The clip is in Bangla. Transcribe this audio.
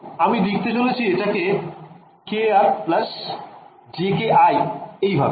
আমি লিখতে চলেছি এটাকে kr jki এই ভাবে